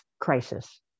Crisis